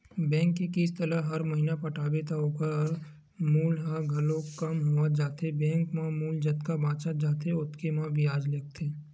bank के किस्त ल हर महिना पटाबे त ओखर मूल ह घलोक कम होवत जाथे बेंक म मूल जतका बाचत जाथे ओतके म बियाज लगथे